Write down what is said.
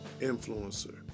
influencer